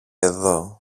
εδώ